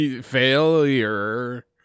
Failure